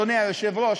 אדוני היושב-ראש,